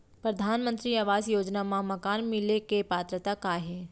परधानमंतरी आवास योजना मा मकान मिले के पात्रता का हे?